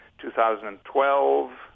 2012